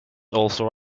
also